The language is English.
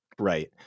Right